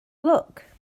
luck